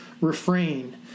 refrain